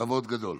בכבוד גדול.